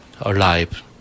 alive